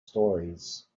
stories